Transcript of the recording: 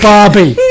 Barbie